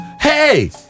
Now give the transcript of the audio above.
Hey